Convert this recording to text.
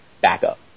backup